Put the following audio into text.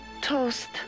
toast